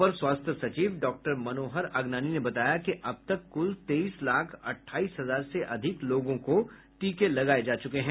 अपर स्वास्थ्य सचिव डॉक्टर मनोहर अगनानी ने बताया कि अब तक कुल तेईस लाख अट्ठाईस हजार से अधिक लोगों को टीके लगाए जा चुके हैं